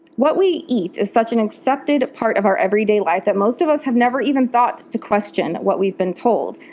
what we eat is such an accepted part of our every day life that most of us have never even thought to question what we've been told.